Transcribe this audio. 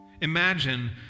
imagine